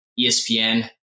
ESPN